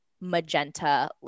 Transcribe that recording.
Magenta